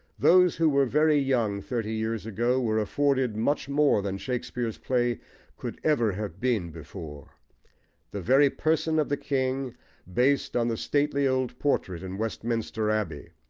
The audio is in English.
those who were very young thirty years ago were afforded much more than shakespeare's play could ever have been before the very person of the king based on the stately old portrait in westminster abbey,